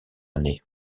année